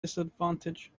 disadvantage